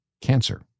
Cancer